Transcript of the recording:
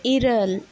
ᱤᱨᱟᱹᱞ